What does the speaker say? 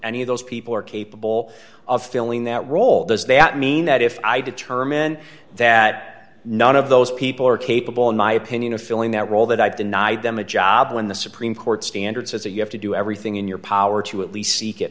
any of those people are capable of filling that role does that mean that if i determine that none of those people are capable in my opinion of filling that role that i've denied them a job when the supreme court standard says a you have to do everything in your power to at least